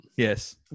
Yes